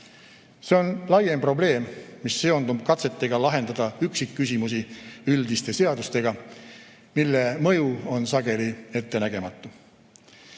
See on laiem probleem, mis seondub katsetega lahendada üksikküsimusi üldiste seadustega, mille mõju on sageli ettenägematu.